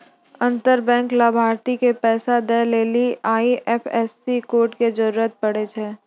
अंतर बैंक लाभार्थी के पैसा दै लेली आई.एफ.एस.सी कोड के जरूरत पड़ै छै